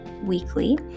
weekly